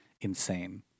insane